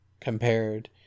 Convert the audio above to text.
compared